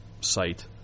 site